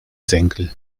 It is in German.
senkel